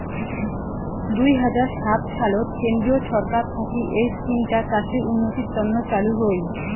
দুই হাজার সাত সালত কেন্দ্রীয় ছরকার থাকি এই ইস্কিমটা চাষের উন্নতির তন্ন চালু হই